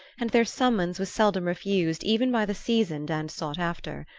and their summons was seldom refused even by the seasoned and sought-after.